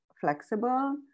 flexible